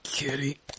Kitty